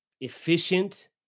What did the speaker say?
efficient